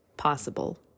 possible